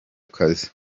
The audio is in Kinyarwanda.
kazi